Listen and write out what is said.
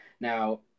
Now